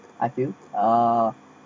I feel uh